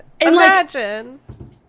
imagine